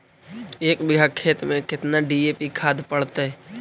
एक बिघा खेत में केतना डी.ए.पी खाद पड़तै?